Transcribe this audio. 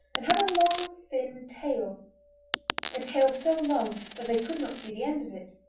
and had a long, thin tail a tail so long that they could not see the end of it.